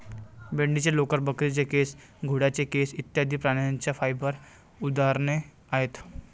मेंढीचे लोकर, बकरीचे केस, घोड्याचे केस इत्यादि प्राण्यांच्या फाइबर उदाहरणे आहेत